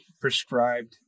prescribed